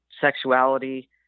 sexuality